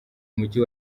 mujyi